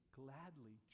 gladly